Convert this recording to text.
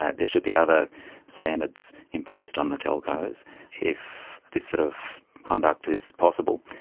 there should be other standards imposed on the telcos if this sort of conduct is possible.